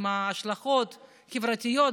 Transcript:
עם ההשלכות החברתיות,